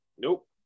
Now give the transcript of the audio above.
nope